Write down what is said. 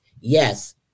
Yes